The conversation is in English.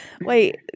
Wait